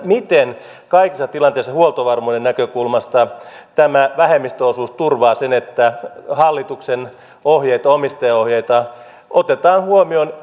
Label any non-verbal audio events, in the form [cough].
miten kaikissa tilanteissa huoltovarmuuden näkökulmasta tämä vähemmistöosuus turvaa sen että hallituksen ohjeita omistajaohjeita otetaan huomioon [unintelligible]